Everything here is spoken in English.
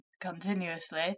continuously